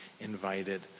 invited